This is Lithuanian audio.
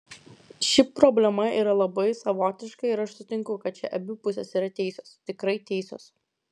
ši problema yra labai savotiška ir aš sutinku kad čia abi pusės yra teisios tikrai teisios